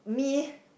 me